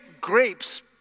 grapes